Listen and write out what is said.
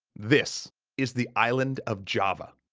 this is the island of java.